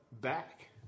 back